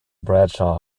bradshaw